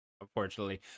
unfortunately